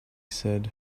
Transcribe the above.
said